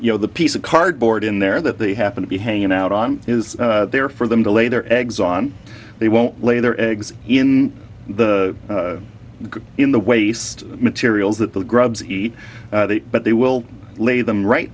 you know the piece of cardboard in there that they happen to be hanging out on is there for them to lay their eggs on they won't lay their eggs in the good in the waste materials that the grubs eat but they will lay them right